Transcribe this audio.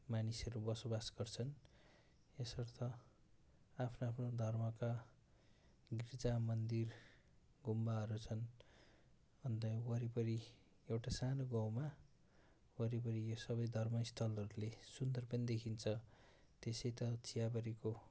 मानिसहरू बसोबास गर्छन् यसर्थ आफ्नो आफ्नो धर्मका गिर्जा मन्दिर गुम्बाहरू छन् अनि त्यहाँ वरिपरि एउटा सानो गाउँमा वरिपरि यो सबै धर्मस्थलहरूले सुन्दर पनि देखिन्छ त्यसै त चियाबारीको